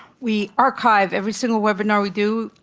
we archive every single webinar we do.